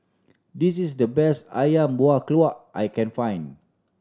this is the best Ayam Buah Keluak I can find